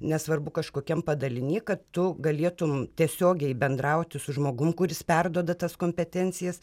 nesvarbu kažkokiam padaliny kad tu galėtum tiesiogiai bendrauti su žmogum kuris perduoda tas kompetencijas